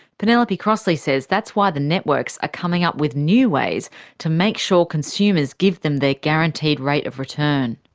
penelope crossley says that's why the networks are coming up with new ways to make sure consumers give them their guaranteed rate of return.